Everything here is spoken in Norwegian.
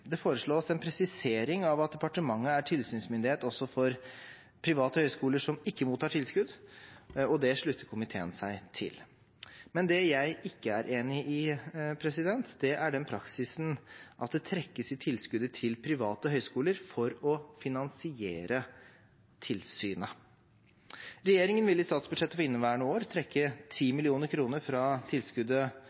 Det foreslås en presisering av at departementet er tilsynsmyndighet også for private høyskoler som ikke mottar tilskudd, og det slutter komiteen seg til. Men det jeg ikke er enig i, er den praksisen at det trekkes i tilskuddet til private høyskoler for å finansiere tilsynet. Regjeringen vil i statsbudsjettet for inneværende år trekke 10 mill. kr fra tilskuddet